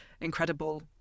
incredible